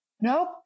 nope